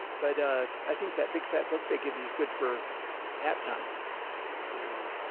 but, ah, i think that big fat book they give you is good for nap time kindling.